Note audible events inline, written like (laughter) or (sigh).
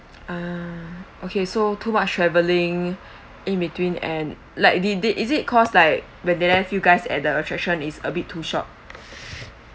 uh okay so too much travelling in between and like did they is it cause like when they left you guys at the attraction is a bit too short (breath)